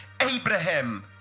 Abraham